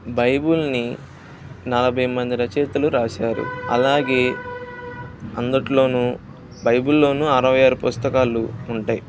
బైబిల్ని నలభై మంది రచయితలు రాశారు అలాగే అందులో బైబిల్లో అరవై ఆరు పుస్తకాలు ఉంటాయి